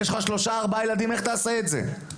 יש לך שלושה-ארבעה ילדים, איך תעשה את זה?